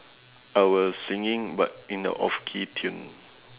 I was singing but in a off key tune